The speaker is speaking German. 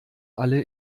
alle